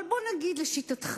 אבל לשיטתך,